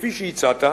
כפי שהצעת,